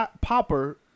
popper